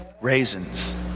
Raisins